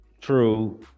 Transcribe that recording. True